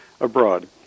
abroad